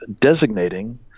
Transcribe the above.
designating